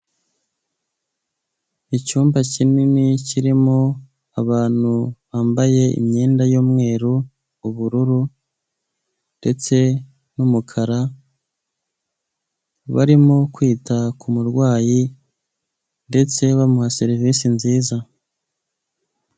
Icyumba kinini kirimo abantu bambaye imyenda y'umweru ubururu ndetse n'umukara, barimo kwita ku murwayi ndetse bamuha serivisi nziza.